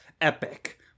epic